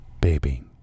baby